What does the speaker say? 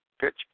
pitch